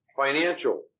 financial